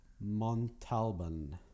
Montalban